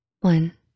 One